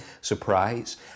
surprise